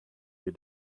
you